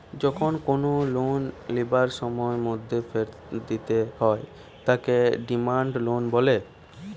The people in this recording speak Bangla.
যখন কোনো লোন লিবার সময়ের মধ্যে ফেরত দিতে হয় তাকে ডিমান্ড লোন বলে